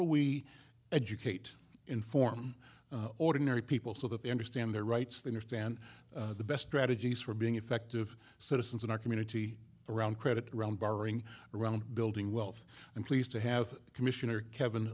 do we educate inform ordinary people so that they understand their rights their stand the best strategies for being effective citizens in our community around credit around borrowing around building wealth and pleased to have commissioner kevin